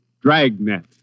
Dragnet